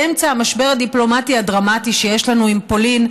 באמצע המשבר הדיפלומטי הדרמטי שיש לנו עם פולין,